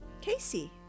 Casey